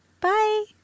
bye